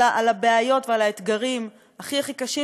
על הבעיות ועל האתגרים הכי הכי קשים,